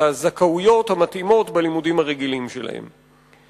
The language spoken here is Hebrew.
הזכאויות המתאימות להם במהלך שנות הלימודים שלהם בבית-הספר.